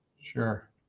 Sure